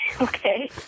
okay